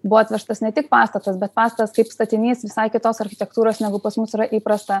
buvo atvežtas ne tik pastatas bet pastatas kaip statinys visai kitos architektūros negu pas mus yra įprasta